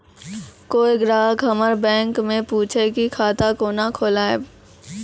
कोय ग्राहक हमर बैक मैं पुछे की खाता कोना खोलायब?